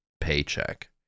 paycheck